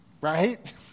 right